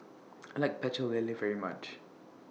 I like Pecel Lele very much